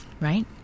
Right